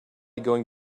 going